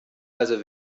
also